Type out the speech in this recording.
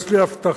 יש לי הבטחה